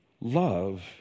Love